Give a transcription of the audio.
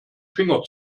finger